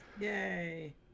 Yay